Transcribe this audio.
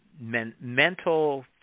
mental